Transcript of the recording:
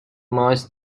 most